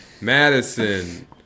Madison